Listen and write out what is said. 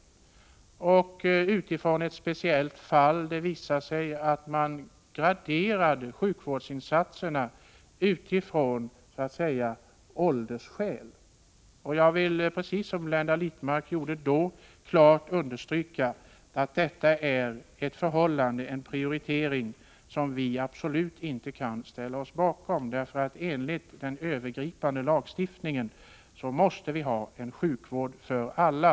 Debatten fördes med tanke på ett speciellt fall, där det hade visat sig att man graderade sjukvårdsinsatserna med hänsyn till patientens ålder. Jag vill — precis som Blenda Littmarck då gjorde — klart understryka att det är en prioritering som vi absolut inte kan ställa oss bakom. Enligt den övergripande lagstiftningen måste vi ha en sjukvård för alla.